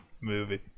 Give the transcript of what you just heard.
movie